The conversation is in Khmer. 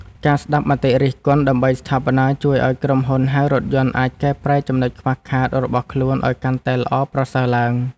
ការស្ដាប់មតិរិះគន់ដើម្បីស្ថាបនាជួយឱ្យក្រុមហ៊ុនហៅរថយន្តអាចកែប្រែចំណុចខ្វះខាតរបស់ខ្លួនឱ្យកាន់តែល្អប្រសើរឡើង។